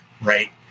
Right